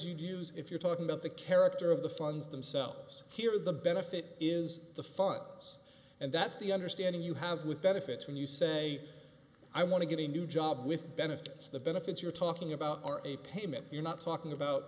you'd use if you're talking about the character of the funds themselves here the benefit is the funds and that's the understanding you have with benefits when you say i want to get a new job with benefits the benefits you're talking about are a payment you're not talking about